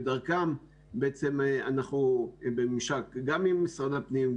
ודרכם אנחנו בממשק גם עם משרד הפנים,